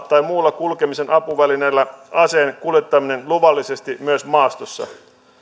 tai muulla kulkemisen apuvälineillä aseen kuljettaminen luvallisesti myös maastossa